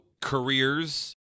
careers